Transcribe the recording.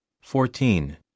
fourteen